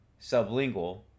sublingual